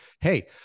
hey